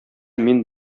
мин